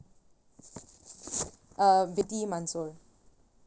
uh binti mansor